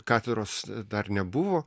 katedros dar nebuvo